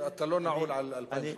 אתה לא נעול על 2013?